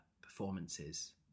performances